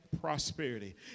prosperity